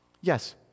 Yes